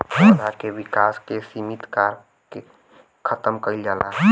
पौधा के विकास के सिमित कारक के खतम कईल जाला